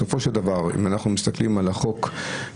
בסופו של דבר אם אנחנו מסתכלים על החוק בכללותו,